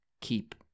keep